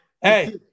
Hey